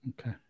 Okay